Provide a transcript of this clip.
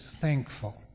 thankful